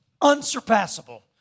unsurpassable